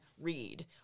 read